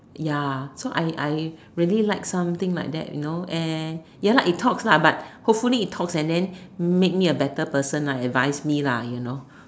ya so I I really like something like that you know and ya lah it talks lah but hopefully it talks and then makes me a better person lah advise me lah you know